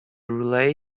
relay